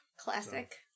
Classic